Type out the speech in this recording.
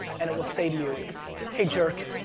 and it will say to you hey jerk,